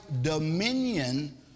dominion